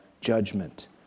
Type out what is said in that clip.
judgment